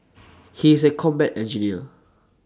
he is A combat engineer